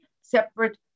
separate